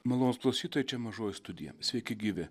malonūs klausytojai čia mažoji studija sveiki gyvi